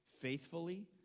faithfully